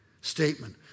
statement